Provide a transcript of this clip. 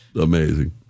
amazing